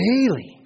daily